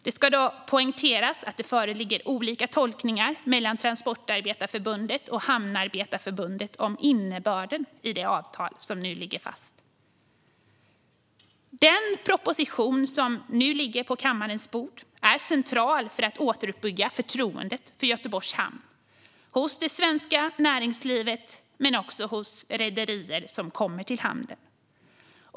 Det ska dock poängteras att Transportarbetareförbundet och Hamnarbetarförbundet har olika tolkningar av innebörden i det avtal som nu ligger fast. Den proposition som nu ligger på riksdagens bord är central för att återuppbygga förtroendet för Göteborgs hamn hos det svenska näringslivet men också hos de rederier som kommer till hamnen.